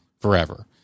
forever